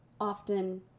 often